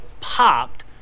popped